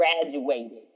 graduated